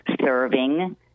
serving